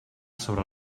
sobre